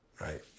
Right